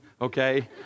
okay